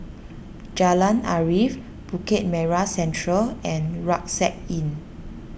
Jalan Arif Bukit Merah Central and Rucksack Inn